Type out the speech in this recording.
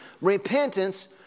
Repentance